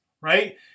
right